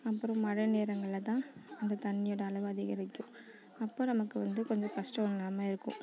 அப்புறம் மழை நேரங்களில் தான் அந்த தண்ணியோட அளவு அதிகரிக்கும் அப்போ நமக்கு வந்து கொஞ்சம் கஷ்டம் இல்லாமல் இருக்கும்